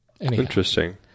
Interesting